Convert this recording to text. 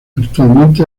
actualmente